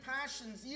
passions